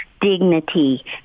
dignity